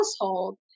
household